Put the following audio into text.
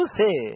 say